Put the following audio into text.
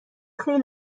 خیلی